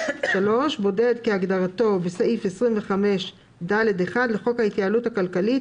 (3) "בודד" כהגדרתו בסעיף 25(ד)(1) לחוק ההתייעלות הכלכלית